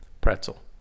pretzel